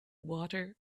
water